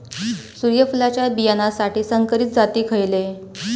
सूर्यफुलाच्या बियानासाठी संकरित जाती खयले?